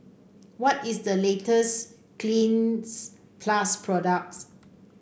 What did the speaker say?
what is the latest Cleanz Plus product